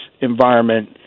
environment